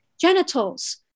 genitals